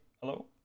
hello